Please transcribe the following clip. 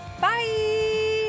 bye